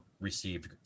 received